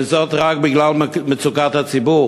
וזאת רק בגלל מצוקת הדיור